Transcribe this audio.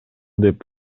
деп